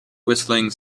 whistling